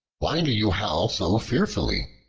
why do you howl so fearfully?